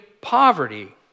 poverty